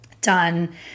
done